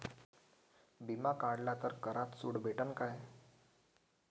बिमा काढला तर करात सूट भेटन काय?